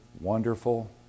wonderful